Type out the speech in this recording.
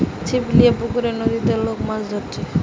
ছিপ লিয়ে পুকুরে, নদীতে লোক মাছ ধরছে